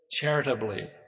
charitably